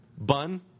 bun